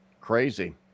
Crazy